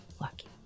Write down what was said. lucky